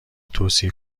توصیه